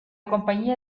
compañía